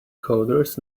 coders